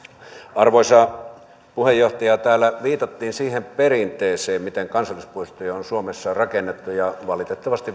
arvoisa puheenjohtaja täällä viitattiin siihen perinteeseen miten kansallispuistoja on suomessa rakennettu ja valitettavasti